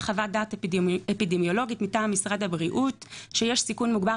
חוות דעת אפידמיולוגית מטעם משרד הבריאות שיש סיכון מוגבר